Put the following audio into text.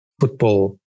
football